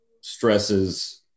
stresses